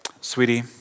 sweetie